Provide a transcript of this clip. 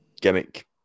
gimmick